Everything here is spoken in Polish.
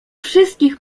wszystkich